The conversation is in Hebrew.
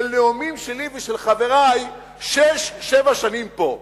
של נאומים שלי ושל חברי שש, שבע שנים פה.